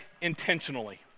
intentionally